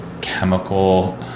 chemical